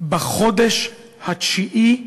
בחודש התשיעי להריונה.